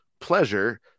pleasure